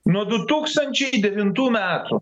nuo du tūkstančiai devintų metų